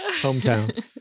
hometown